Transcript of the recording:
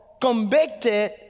convicted